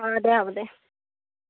অঁ দে হ'ব দে